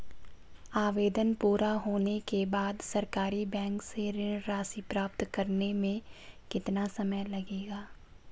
आवेदन पूरा होने के बाद सरकारी बैंक से ऋण राशि प्राप्त करने में कितना समय लगेगा?